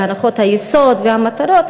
הנחות היסוד והמטרות,